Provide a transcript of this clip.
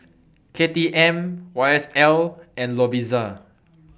K T M Y S L and Lovisa